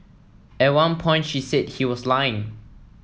at one point she said he was lying